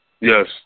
Yes